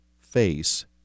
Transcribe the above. face